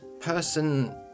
person